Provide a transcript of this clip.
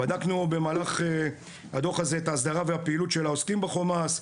בדקנו במהלך הדוח הזה את ההסדרה והפעילות של העוסקים בחומ"ס,